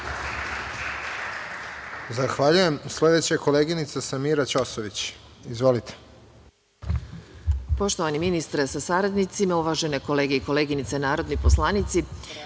Zahvaljujem. Sledeća je koleginica Samira Ćosović. Izvolite.